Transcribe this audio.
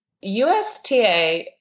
USTA